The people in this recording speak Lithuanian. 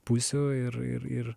pusių ir ir ir